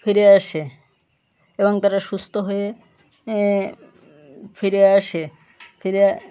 ফিরে আসে এবং তারা সুস্থ হয়ে ফিরে আসে ফিরে